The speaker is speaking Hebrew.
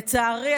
לצערי,